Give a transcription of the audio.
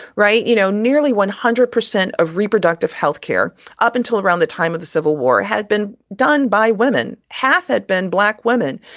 right. you know, nearly one hundred percent of reproductive health care up until around the time of the civil war has been done by women. half had been black women.